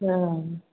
हँ